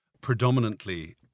predominantly